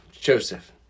Joseph